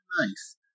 Nice